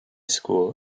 school